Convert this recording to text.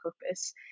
purpose